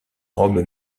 robe